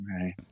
Right